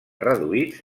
reduïts